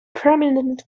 prominent